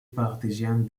partisan